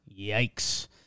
yikes